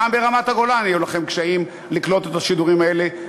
גם ברמת-הגולן יהיו לכם קשיים לקלוט את השידורים האלה,